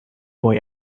boy